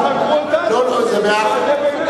חקרו אותנו, בסדר גמור.